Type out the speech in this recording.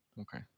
okay